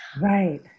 Right